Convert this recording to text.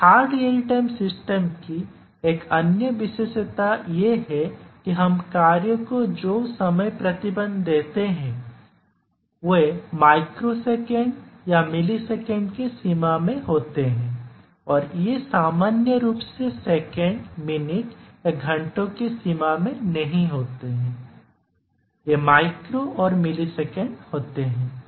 एक hard real time system की एक अन्य विशेषता यह है कि हम कार्य को जो समय प्रतिबंध देते हैं वे माइक्रोसेकंड या मिलीसेकंड की सीमा में होते हैं और ये सामान्य रूप से सेकंडमिनट या घंटों की सीमा में नहीं होते हैं ये माइक्रो और मिलीसेकंड होते हैं